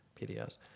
PDS